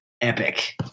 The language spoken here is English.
epic